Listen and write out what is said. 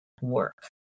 work